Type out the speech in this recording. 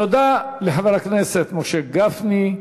תודה לחבר הכנסת משה גפני.